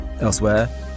Elsewhere